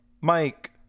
Mike